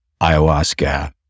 ayahuasca